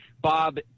Bob